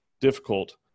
difficult